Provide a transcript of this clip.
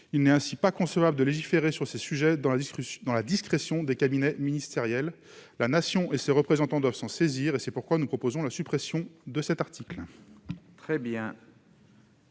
Il n'est pas concevable de légiférer sur ces questions dans la discrétion des cabinets ministériels, la Nation et ses représentants doivent s'en saisir ; c'est pourquoi nous proposons la suppression de cet article.